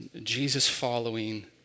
Jesus-following